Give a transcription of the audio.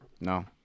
No